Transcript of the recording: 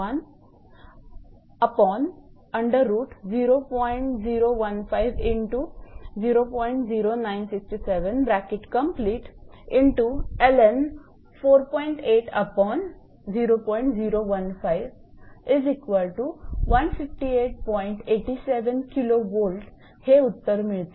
87 𝑘𝑉 हे उत्तर मिळते